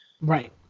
Right